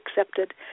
accepted